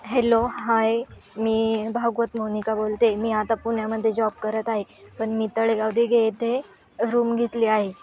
hello hi मी भागवत मोनिका बोलते मी आता पुण्यामध्ये जॉब करत आहे पण मी तळेगाव दिघे येथे रूम घेतली आहे